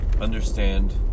understand